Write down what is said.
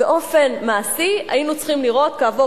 באופן מעשי היינו צריכים לראות כעבור